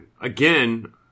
Again